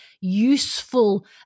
useful